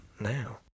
now